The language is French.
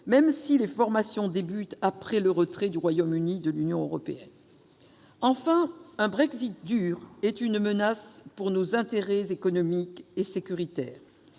même si les formations débutent après le retrait du Royaume-Uni de l'Union européenne. Exact ! Enfin, un Brexit dur est une menace pour nos intérêts économiques et sécuritaires.